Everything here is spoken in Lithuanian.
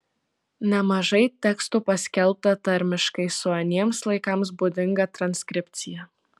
nemažai tekstų paskelbta tarmiškai su aniems laikams būdinga transkripcija